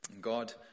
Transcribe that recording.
God